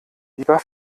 lieber